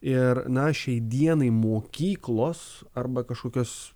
ir na šiai dienai mokyklos arba kažkokios